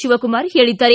ಶಿವಕುಮಾರ್ ಹೇಳಿದ್ದಾರೆ